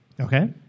okay